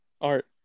art